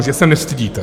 Že se nestydíte.